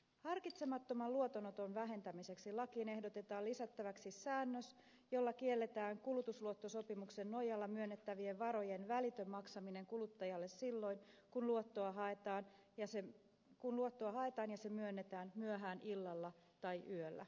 harkitsemattoman luotonoton vähentämiseksi lakiin ehdotetaan lisättäväksi säännös jolla kielletään kulutusluottosopimuksen nojalla myönnettävien varojen välitön maksaminen kuluttajalle silloin kun luottoa haetaan ja se myönnetään myöhään illalla tai yöllä